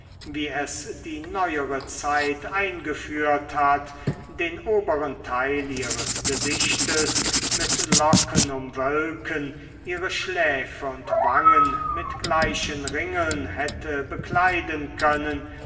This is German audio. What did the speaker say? wie es die neuere zeit eingeführt hat den oberen teil ihres gesichtes mit locken umwölken ihre schläfe und wangen mit gleichen ringeln hätte bekleiden können